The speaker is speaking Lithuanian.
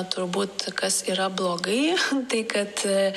turbūt kas yra blogai tai kad